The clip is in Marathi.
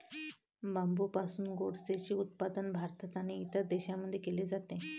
बांबूपासून कोळसेचे उत्पादन भारत आणि इतर देशांमध्ये केले जाते